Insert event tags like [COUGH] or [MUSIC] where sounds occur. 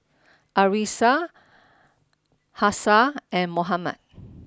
[NOISE] Arissa [NOISE] Hafsa and Muhammad [NOISE]